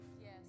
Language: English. Yes